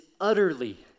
utterly